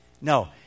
no